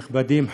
נכבדים,